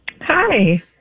Hi